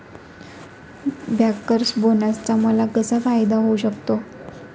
Bankers बोनसचा मला कसा फायदा होऊ शकतो?